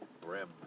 Brim